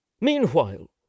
Meanwhile